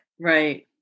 right